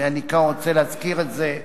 ואני כאן רוצה להזכיר את זה,